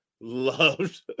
loved